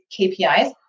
KPIs